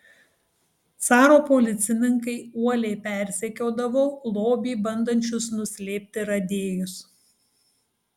caro policininkai uoliai persekiodavo lobį bandančius nuslėpti radėjus